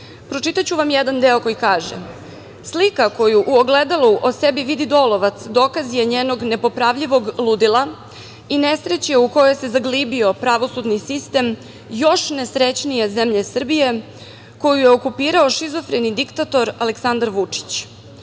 tužioce. Pročitaću vam jedan deo: „Slika koju u ogledalu o sebi vidi Dolovac dokaz je njenog nepopravljivog ludila i nesreće u kojoj se zaglibio pravosudni sistem još nesrećnije zemlje Srbije, koju je okupirao šizofreni diktator Aleksandar Vučić.